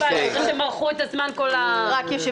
כי הם מרחו את הזמן מחודש מאי.